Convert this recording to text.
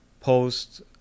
post